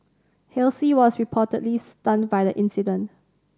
Halsey was reportedly stunned by the incident